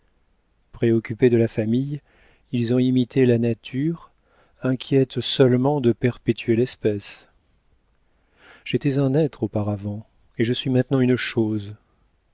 préoccupés de la famille ils ont imité la nature inquiète seulement de perpétuer l'espèce j'étais un être auparavant et je suis maintenant une chose